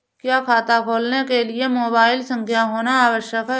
क्या खाता खोलने के लिए मोबाइल संख्या होना आवश्यक है?